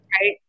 Right